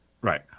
Right